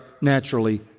naturally